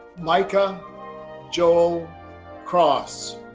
micah joel cross.